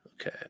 Okay